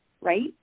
right